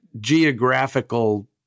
geographical